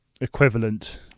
equivalent